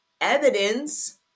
evidence